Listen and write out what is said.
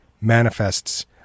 manifests